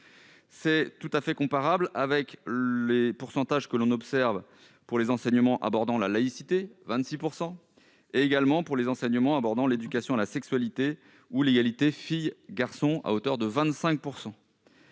C'est tout à fait comparable avec les pourcentages que l'on observe pour les enseignements abordant la laïcité- 26 %- ou pour les enseignements abordant l'éducation à la sexualité ou l'égalité filles-garçons, à hauteur de 25 %.